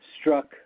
struck